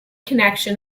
connection